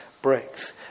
bricks